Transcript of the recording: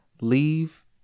leave